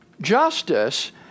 justice